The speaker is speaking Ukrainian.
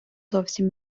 зовсім